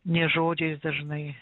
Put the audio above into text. ne žodžiais dažnai